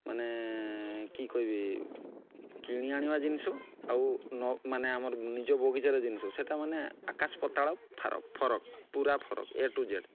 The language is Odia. ମାନେ କି କହିବି କିଣି ଆଣିବା ଜିନିଷ ଆଉ ମାନେ ଆମର ନିଜ ବଗିଚାର ଜିନିଷ ସେଇଟା ମାନେ ଆକାଶ ପାତାଳ ଫରକ ଫର ପୁରା ଫରକ ଏ ଟୁ ଜେଡ଼୍